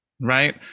Right